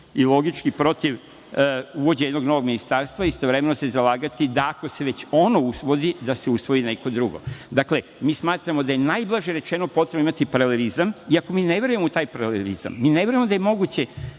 i logički protiv uvođenja jednog novog ministarstva i istovremeno se zalagati da ako se već ono usvoji, da se usvoji i neko drugo. Dakle, smatramo da je najblaže rečeno potrebno imati paralelizam iako mi ne verujemo u taj paralelizam. Mi ne verujemo da je moguće